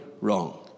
wrong